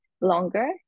longer